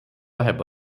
ହେବ